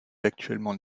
actuellement